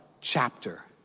chapter